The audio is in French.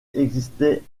existait